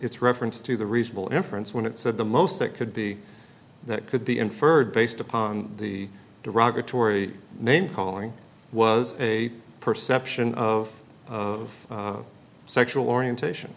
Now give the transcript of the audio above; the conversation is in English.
its reference to the reasonable inference when it said the most that could be that could be inferred based upon the derogatory name calling was a perception of of sexual orientation